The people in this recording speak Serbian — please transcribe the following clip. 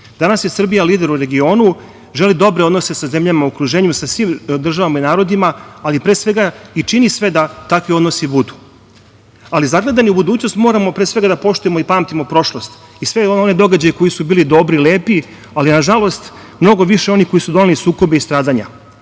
je Srbija lider u regionu. Želi dobre odnose sa zemljama u okruženju, sa svim državama i narodima, ali pre svega i čini sve da takvi odnosi budu. Ali zagledani u budućnost moramo pre svega da poštujemo i pamtimo prošlost i sve one događaje koji su bili dobri, lepi, ali nažalost mnogo više onih koji doneli sukobe i stradanja. Naša